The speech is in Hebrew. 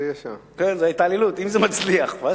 ואני יכול לספר לצופים שכשהיינו ילדים אחת